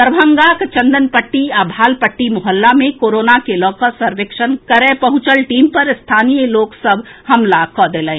दरभंगाक चंदनपट्टी आ भालपट्टी मोहल्ला मे कोरोना के लऽ कऽ सर्वेक्षण करए पहुंचल टीम पर स्थानीय लोक सभ हमला कऽ देलनि